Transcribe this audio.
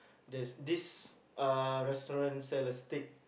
there's this uh restaurant sell a steak